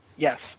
Yes